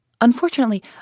Unfortunately